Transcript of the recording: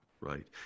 Right